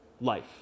life